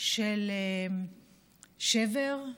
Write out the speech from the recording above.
של שבר,